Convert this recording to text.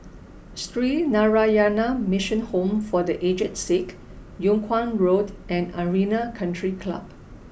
Sree Narayana Mission Home for The Aged Sick Yung Kuang Road and Arena Country Club